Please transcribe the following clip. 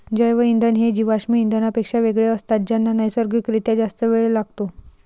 जैवइंधन हे जीवाश्म इंधनांपेक्षा वेगळे असतात ज्यांना नैसर्गिक रित्या जास्त वेळ लागतो